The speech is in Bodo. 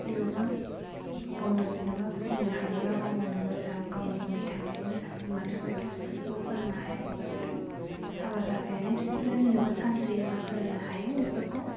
जेनेबा गाव गावनो जेनेबा फरायनो हायोबा गाव गावनो मोजां गावनि उननि थाखाय मोजां बिमा बिफाफोरा फिसाफोरखौ फोरोंनो हायाखैबाबोथ' हाबा जाफैनानै फिसाइफ्रा जेनोबा चान्स होयोबा फोरोंनो हायो बेफोरखौ